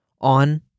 on